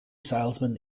salesman